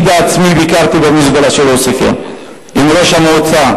אני בעצמי ביקרתי במזבלה של עוספיא עם ראש המועצה,